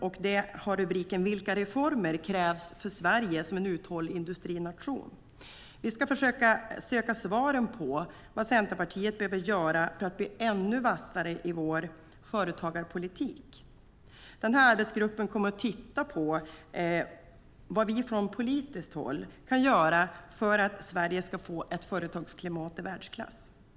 Arbetet har rubriken Vilka reformer krävs för Sverige som en uthållig industrination?, och vi ska försöka söka svaren på vad Centerpartiet behöver göra för att bli ännu vassare i vår företagarpolitik. Arbetsgruppen kommer att titta på vad vi från politiskt håll kan göra för att Sverige ska få ett företagsklimat i världsklass.